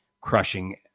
crushing